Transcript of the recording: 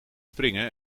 springen